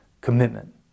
commitment